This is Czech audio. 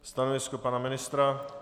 Stanovisko pana ministra?